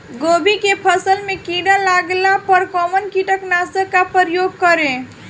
गोभी के फसल मे किड़ा लागला पर कउन कीटनाशक का प्रयोग करे?